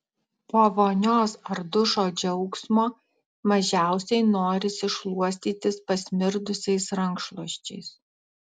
po vonios ar dušo džiaugsmo mažiausiai norisi šluostytis pasmirdusiais rankšluosčiais